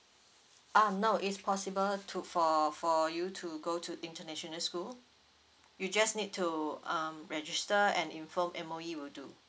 uh no it's possible to for for you to go to international school you just need to um register and inform M_O_E will do